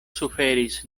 suferis